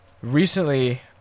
recently